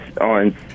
on